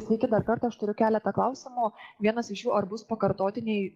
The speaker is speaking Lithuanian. sveiki dar kartą aš turiu keletą klausimų vienas iš jų ar bus pakartotiniai